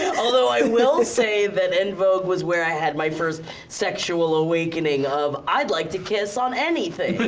although i will say that en vogue was where i had my first sexual awakening, of i'd like to kiss on anything!